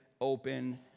open